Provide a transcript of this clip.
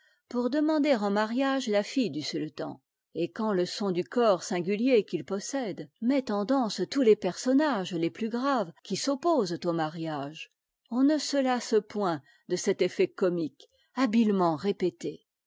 pour demander en mariage la fille du sultan et quand le son du cor singulier qu'il possède met en danse tous les personnages les plus graves qui s'opposent au mariage on ne se lasse point de cet effet comique habilement répété